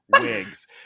wigs